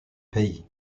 pays